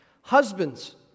Husbands